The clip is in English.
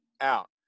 out